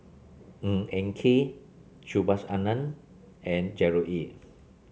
Ng Eng Kee Subhas Anandan and Gerard Ee